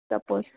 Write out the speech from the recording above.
त पोइ